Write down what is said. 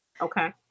Okay